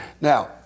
Now